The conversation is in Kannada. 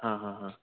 ಹಾಂ ಹಾಂ ಹಾಂ